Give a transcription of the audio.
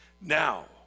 Now